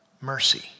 mercy